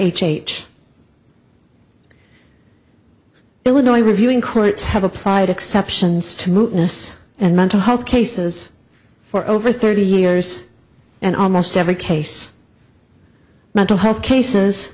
h h illinois reviewing courts have applied exceptions to move innes and mental health cases for over thirty years and almost every case mental health cases